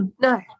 No